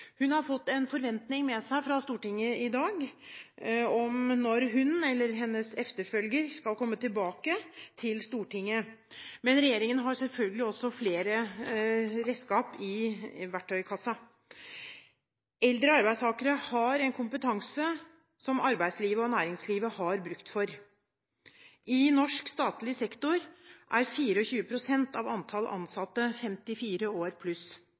Hun har fått en forventning med seg fra Stortinget i dag: Når vil hun eller hennes etterfølger komme tilbake til Stortinget? Regjeringen har selvfølgelig også flere redskaper i verktøykassen. Eldre arbeidstakere har en kompetanse som arbeidslivet og næringslivet har bruk for. I norsk statlig sektor er 24 pst. av de ansatte 54 år pluss.